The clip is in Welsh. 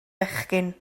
fechgyn